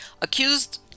Accused